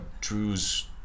Drew's